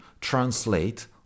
translate